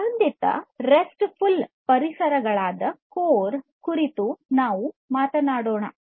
ನಿರ್ಬಂಧಿತ restful ಪರಿಸರಗಳಾದ core ಕುರಿತು ನಾವು ಮಾತನಾಡೋಣ